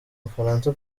bufaransa